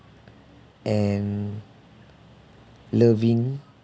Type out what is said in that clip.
and loving